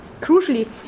Crucially